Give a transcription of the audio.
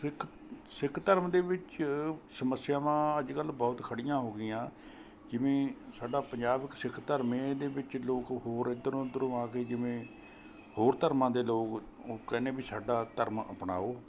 ਸਿੱਖ ਸਿੱਖ ਧਰਮ ਦੇ ਵਿੱਚ ਸਮੱਸਿਆਵਾਂ ਅੱਜ ਕੱਲ੍ਹ ਬਹੁਤ ਖੜ੍ਹੀਆਂ ਹੋ ਗਈਆਂ ਜਿਵੇਂ ਸਾਡਾ ਪੰਜਾਬ ਸਿੱਖ ਧਰਮ ਹੈ ਇਹਦੇ ਵਿੱਚ ਲੋਕ ਹੋਰ ਇੱਧਰੋਂ ਉੱਧਰੋਂ ਆ ਕੇ ਜਿਵੇਂ ਹੋਰ ਧਰਮਾਂ ਦੇ ਲੋਕ ਉਹ ਕਹਿੰਦੇ ਵੀ ਸਾਡਾ ਧਰਮ ਅਪਣਾਉ